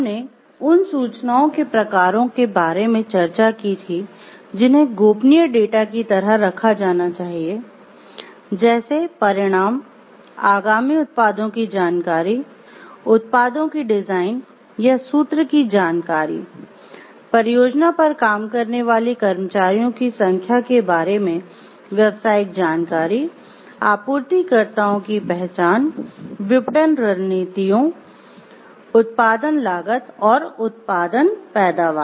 हमने उन सूचनाओं के प्रकारों के बारे में चर्चा की थी जिन्हें गोपनीय डेटा की तरह रखा जाना चाहिए जैसे परिणाम आगामी उत्पादों की जानकारी उत्पादों की डिज़ाइन या सूत्र की जानकारी परियोजना पर काम करने वाले कर्मचारियों की संख्या के बारे में व्यावसायिक जानकारी आपूर्तिकर्ताओं की पहचान विपणन रणनीतियों उत्पादन लागत और उत्पादन पैदावार